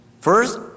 First